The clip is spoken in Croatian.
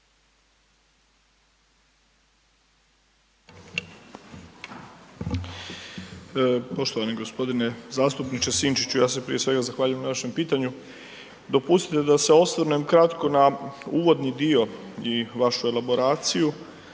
Poštovani g. zastupniče Sinčiću, ja se prije svega zahvaljujem na vašem pitanju, dopustite da se osvrnem kratko na uvodni dio i vašu elaboraciju.